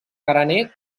carener